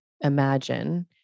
imagine